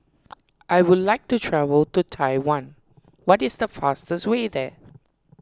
I would like to travel to Taiwan what is the fastest way there